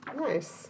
Nice